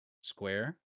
square